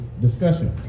discussion